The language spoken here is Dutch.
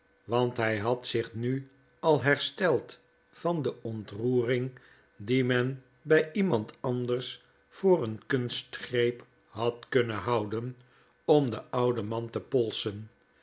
want hij had zich nu al hefsteld van de ontroering die men bij iemand anders voor een kunstgreep had kunnen houden om den ouden man te polsen